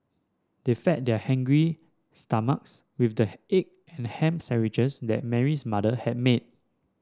they fed their hungry stomachs with the egg and ham sandwiches that Mary's mother had made